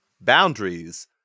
Boundaries